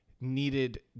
needed